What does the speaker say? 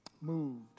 moved